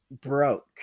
broke